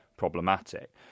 Problematic